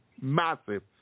massive